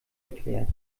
erklärt